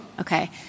Okay